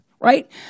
Right